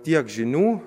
tiek žinių